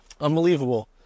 unbelievable